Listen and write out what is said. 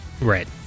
Right